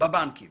בבנקים